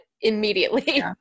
immediately